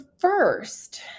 first